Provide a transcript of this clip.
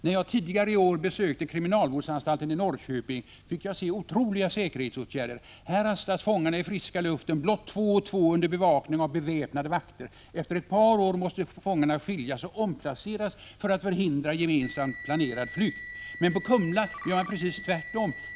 När jag tidigare i år besökte kriminalvårdsanstalten i Norrköping fick jag se otroliga säkerhetsåtgärder. Här rastas fångarna i friska luften blott två och två under bevakning av beväpnade vakter. Efter ett par år måste fångarna skiljas och omplaceras för att förhindra gemensamt planerad flykt. Men på Kumla gör man precis tvärtom.